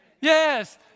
yes